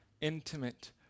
intimate